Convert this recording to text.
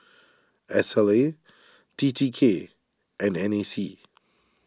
Sla T T K and N A C